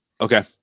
Okay